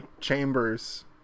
chambers